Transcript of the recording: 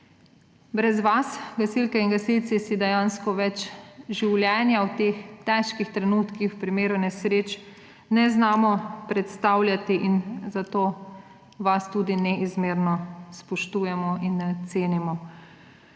Brez vas, gasilke in gasilci, si dejansko življenja v teh težkih trenutkih v primeru nesreč ne znamo več predstavljati in zato vas tudi neizmerno spoštujemo in cenimo.